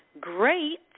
great